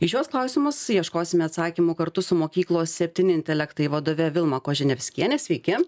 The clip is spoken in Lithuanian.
į šiuos klausimus ieškosime atsakymų kartu su mokyklos septyni intelektai vadove vilma koženevskiene sveiki